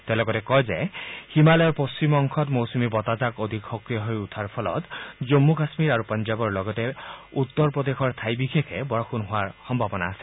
তেওঁ লগতে কয় যে হিমালয়ৰ পশ্চিম অংশত মৌচুমী বতাহজাক অধিক সক্ৰিয় হৈ উঠাৰ ফলত জন্মু কাশ্মীৰ আৰু পঞ্জাৱৰ লগতে উত্তৰ প্ৰদেশৰ ঠাই বিশেষে বৰষূণ হোৱাৰ সম্ভৱানা আছে